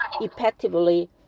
effectively